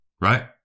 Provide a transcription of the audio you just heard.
right